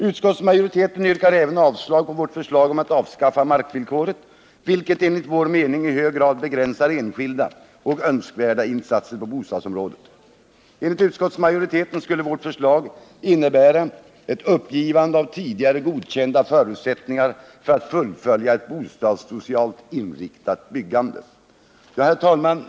Utskottsmajoriteten yrkar även avslag på vårt förslag om att avskaffa markvillkoret, vilket enligt vår mening i hög grad begränsar enskilda och önskvärda insatser på bostadsområdet. Enligt utskottsmajoriteten skulle vårt förslag ”innebära ett uppgivande av tidigare godkända förutsättningar för att fullfölja ett bostadssocialt inriktat byggande”. Herr talman!